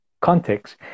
context